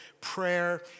prayer